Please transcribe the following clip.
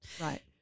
right